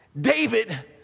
David